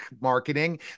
marketing